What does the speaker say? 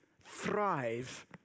thrive